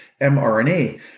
mRNA